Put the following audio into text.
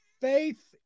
faith